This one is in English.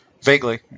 Vaguely